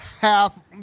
half